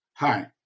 Hi